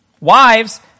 Wives